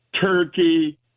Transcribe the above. Turkey